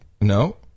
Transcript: No